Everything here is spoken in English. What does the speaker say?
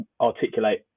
articulate